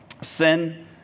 sin